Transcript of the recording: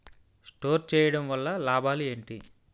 Store చేయడం వల్ల లాభాలు ఏంటి?